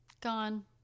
Gone